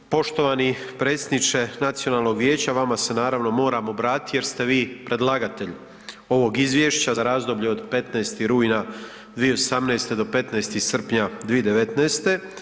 Poštovani predsjedniče Nacionalnog vijeća, vama se naravno moram obratiti jer ste vi predlagatelj ovog izvješća za razdoblje od 15.rujna 2018.do 15.srpnja 2019.